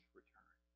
return